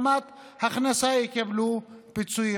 על איזו רמת הכנסה יקבלו פיצויים?